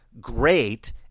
great